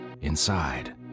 inside